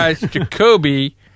Jacoby